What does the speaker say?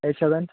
eight seven